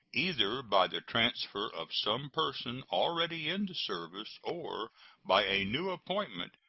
either by the transfer of some person already in the service or by a new appointment,